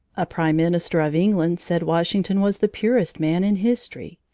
a prime minister of england said washington was the purest man in history.